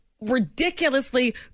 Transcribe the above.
ridiculously